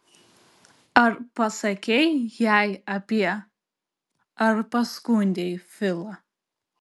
ar pasakei jai apie ar paskundei filą